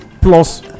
plus